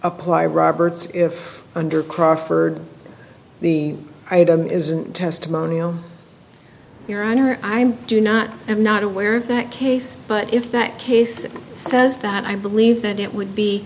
apply roberts if under crawford the item isn't testimonial your honor i'm do not i'm not aware of that case but if that case says that i believe that it would be